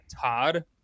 Todd